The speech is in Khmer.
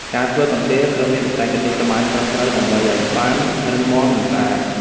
ការធ្វើកន្ទេល ត្រូវមានបច្ចេកទេសត្បាញត្រឹមត្រូវដើម្បីឲ្យបានរឹងមាំ និងស្អាត។